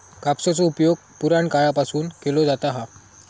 कापसाचो उपयोग पुराणकाळापासून केलो जाता हा